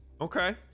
Okay